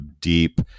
deep